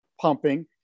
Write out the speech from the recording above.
pumping